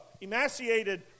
emaciated